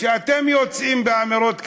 כשאתם יוצאים באמירות כאלו,